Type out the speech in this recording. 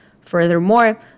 Furthermore